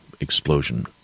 explosion